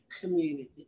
community